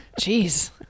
Jeez